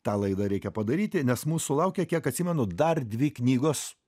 tą laidą reikia padaryti nes mūsų laukia kiek atsimenu dar dvi knygos